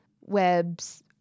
webs